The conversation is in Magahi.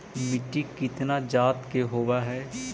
मिट्टी कितना जात के होब हय?